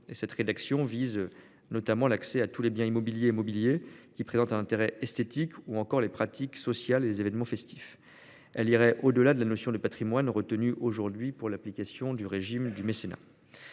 La rédaction vise ainsi l'accès à tous les biens immobiliers et mobiliers qui présentent un intérêt esthétique ou encore les pratiques sociales et les événements festifs. Elle va au-delà de la notion de patrimoine retenue aujourd'hui pour l'application du régime du mécénat.